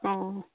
অঁ